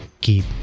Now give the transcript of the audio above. keep